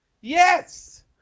Yes